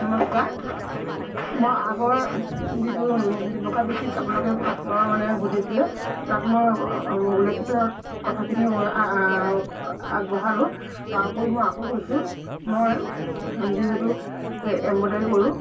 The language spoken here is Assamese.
নমস্কাৰ মই আগৰ যিটো ব্যৱসায় বৃত্তিত আপোনালোকে প্ৰশ্নৰ মানে সুধিছিলে তাত মই উল্লেখিত কথাখিনি আগবঢ়ালোঁ তাৰোপৰি মই আকৌ কৈছোঁ মই যিহেতু এম্ব্ৰইডাৰী কৰোঁ